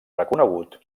reconegut